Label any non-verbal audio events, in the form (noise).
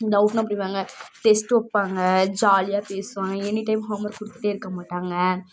டவுட்னால் (unintelligible) test வைப்பாங்க ஜாலியாக பேசுவாங்கள் எனி டைம் ஹோம் ஒர்க் கொடுத்துட்டே இருக்கமாட்டாங்கள்